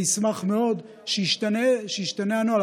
אני אשמח מאוד שישתנה הנוהל.